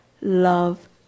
love